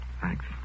Thanks